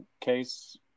case